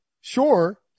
sure